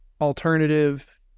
Alternative